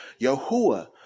Yahuwah